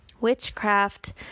witchcraft